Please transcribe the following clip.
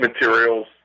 materials